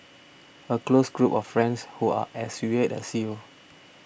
a close group of friends who are as weird as you